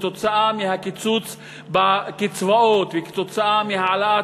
כתוצאה מהקיצוץ בקצבאות וכתוצאה מהעלאת